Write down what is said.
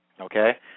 Okay